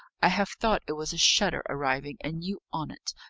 i have thought it was a shutter arriving and you on it,